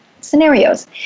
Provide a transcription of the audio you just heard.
scenarios